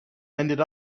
ended